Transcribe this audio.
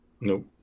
Nope